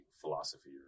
philosophy